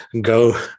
go